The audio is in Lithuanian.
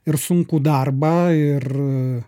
ir sunkų darbą ir